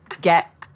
get